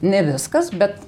ne viskas bet